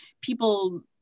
people